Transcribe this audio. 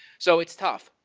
so it's tough.